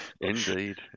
Indeed